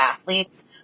athletes